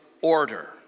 order